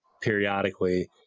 periodically